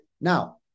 now